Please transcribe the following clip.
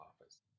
office